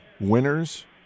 winners